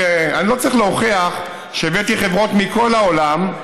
אני לא צריך להוכיח שהבאתי חברות מכל העולם,